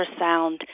ultrasound